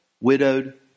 widowed